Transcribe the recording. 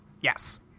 Yes